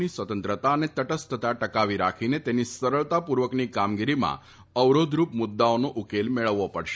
ની સ્વતંત્રતા અને તટસ્થતા ટકાવી રાખીને તેની સરળતાપૂર્વકની કામગીરીમાં અવરોધ રૂપે મુદ્દાઓનો ઉકેલ મેળવવો પડશે